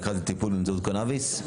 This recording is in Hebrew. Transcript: המרכז לטיפול באמצעות קנביס.